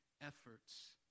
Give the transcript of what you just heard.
efforts